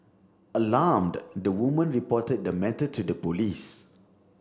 alarmed the woman reported the matter to the police